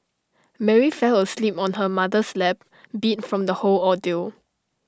Mary fell asleep on her mother's lap beat from the whole ordeal